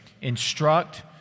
Instruct